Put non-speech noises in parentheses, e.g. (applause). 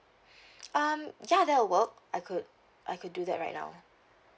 (noise) um ya that'll work I could I could do that right now